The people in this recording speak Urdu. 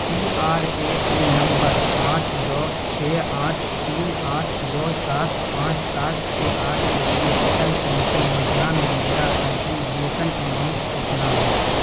پی آر اے این نمبر آٹھ دو چھ آٹھ تین آٹھ دو سات پانچ سات چھ آٹھ کے لیے اٹل پینشن یوجنا میں میرا کنٹریبیوشن اماؤنٹ کتنا ہے